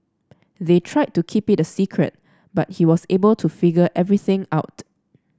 they tried to keep it a secret but he was able to figure everything out